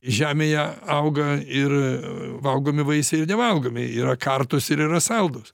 žemėje auga ir valgomi vaisiai ir nevalgomi yra kartūs ir yra saldūs